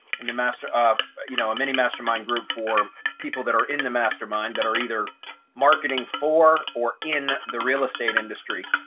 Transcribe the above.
in the master of, you know, a mini mastermind group for people that are in the mastermind that are either marketing for or in the real estate industry,